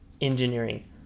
engineering